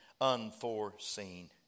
unforeseen